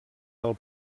del